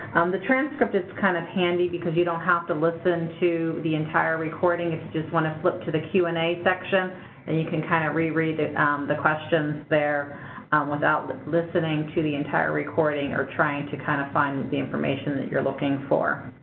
the transcript is kind of handy because you don't have to listen to the entire recording, if you just you want to flip to the q and a section and you can kind of reread it the questions there without listening to the entire recording or trying to kind of find the the information that you're looking for.